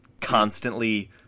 constantly